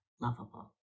lovable